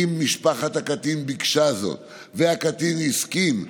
אם משפחת הקטין ביקשה זאת והקטין הסכים,